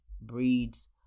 breeds